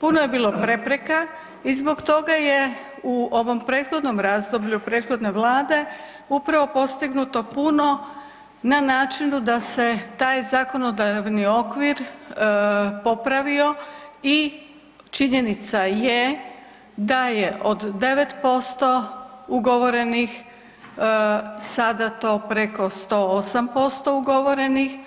Puno je bilo prepreka i zbog toga je u ovom prethodnom razdoblju, prethodne vlade upravo postignuto puno na načinu da se taj zakonodavni okvir popravio i činjenica je da je od 9% ugovorenih sada to preko 108% ugovorenih